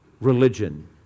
religion